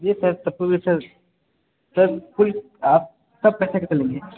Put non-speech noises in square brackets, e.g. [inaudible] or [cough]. जी sir [unintelligible] sir कुल आप सब पैसा कैसे लोगे